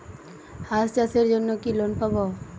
হাঁস চাষের জন্য কি লোন পাব?